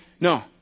no